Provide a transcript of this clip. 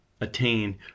attain